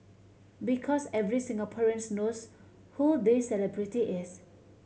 because every Singaporeans knows who this celebrity is